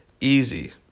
easy